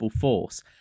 force